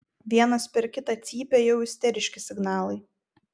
vienas per kitą cypia jau isteriški signalai